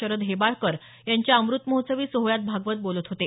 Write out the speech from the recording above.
शरद हेबाळकर यांच्या अमृत महोत्सवी सोहळ्यात भागवत बोलत होते